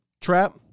Trap